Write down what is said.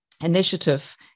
initiative